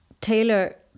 Taylor